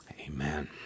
Amen